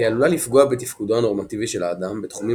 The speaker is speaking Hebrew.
היא עלולה לפגוע בתפקודו הנורמטיבי של האדם בתחומים